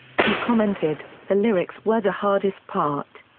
he commented the lyrics were the hardest part.